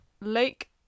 Lake